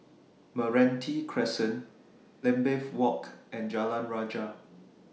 Meranti Crescent Lambeth Walk and Jalan Rajah